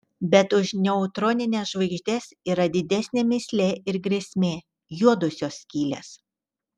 bet už neutronines žvaigždes yra didesnė mįslė ir grėsmė juodosios skylės